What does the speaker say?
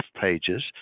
pages